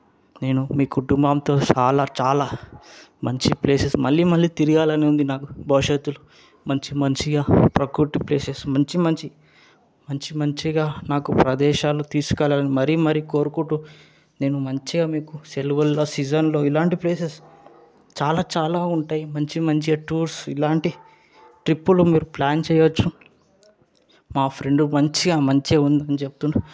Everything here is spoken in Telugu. నేను మీ కుటుంబంతో చాలా చాలా మంచి ప్లేసెస్ మళ్ళీ మళ్ళీ తిరగాలి అని ఉంది నాకు భవిష్యత్తులో మంచి మంచిగా ప్రకృతి ప్లేసెస్ మంచి మంచి మంచి మంచిగా నాకు ప్రదేశాలు తీసుకువెళ్ళాలని మరీ మరీ కోరుకుంటు నేను మంచిగా మీకు సెలవులలో సీజన్లో ఇలాంటి ప్లేసెస్ చాలా చాలా ఉంటాయి మంచి మంచిగా టూర్స్ ఇలాంటి ట్రిప్పులు మీరు ప్లాన్ చేయచ్చు మా ఫ్రెండు మంచిగా మంచిగా ఉందని చెప్తుండు